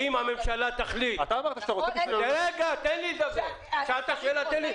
אם הממשלה תחליט ------ אוסנת, את מפריעה לי.